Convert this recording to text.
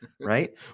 right